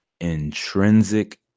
intrinsic